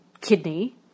kidney